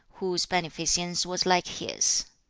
whose beneficence was like his